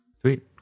Sweet